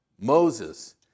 Moses